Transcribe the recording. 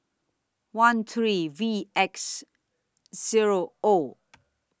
one three V X Zero O